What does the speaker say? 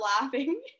laughing